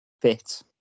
fit